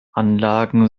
anlagen